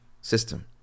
system